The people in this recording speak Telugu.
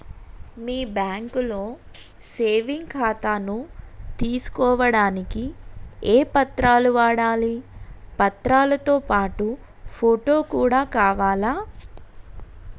మీ బ్యాంకులో సేవింగ్ ఖాతాను తీసుకోవడానికి ఏ ఏ పత్రాలు కావాలి పత్రాలతో పాటు ఫోటో కూడా కావాలా?